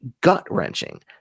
gut-wrenching